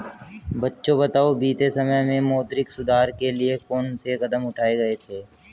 बच्चों बताओ बीते समय में मौद्रिक सुधार के लिए कौन से कदम उठाऐ गए है?